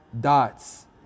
dots